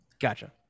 Gotcha